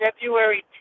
February